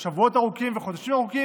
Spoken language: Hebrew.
או שבועות ארוכים וחודשים ארוכים,